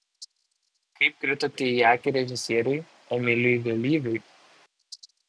kaip kritote į akį režisieriui emiliui vėlyviui